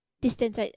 distance